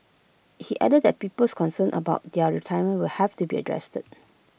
he added that people's concerns about their retirement will have to be addressed